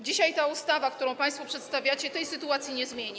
Dzisiaj ta ustawa, którą państwo przedstawiacie, tej sytuacji nie zmieni.